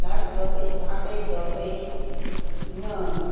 block dosa chocolate dosa இன்னும்